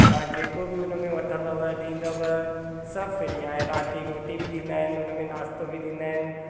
तव्हां जेको बि उन में वठंदव ॾींदव सभु फ्री आहे राति जी रोटी बि ॾींदा आहिनि उन में नाश्तो बि ॾींदा आहिनि